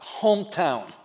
hometown